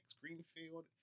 Greenfield